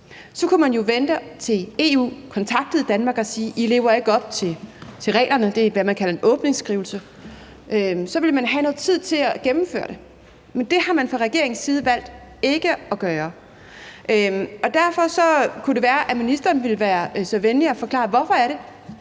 Så kunne man jo vente, til EU kontakter Danmark og siger, at vi ikke lever op til reglerne – det er det, man kalder en åbningsskrivelse – for så ville man have noget tid til at gennemføre det, men det har man fra regeringens side valgt ikke at gøre. Derfor kunne det være, at ministeren ville være så venlig at forklare, hvorfor man